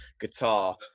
guitar